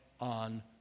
on